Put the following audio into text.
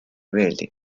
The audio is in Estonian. meeldi